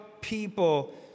people